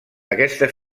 aquesta